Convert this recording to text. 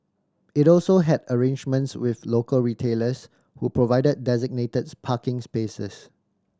it also had arrangements with local retailers who provided designated parking spaces